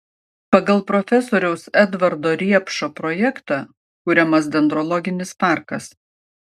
pagal profesoriaus edvardo riepšo projektą kuriamas dendrologinis parkas